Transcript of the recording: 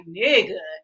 nigga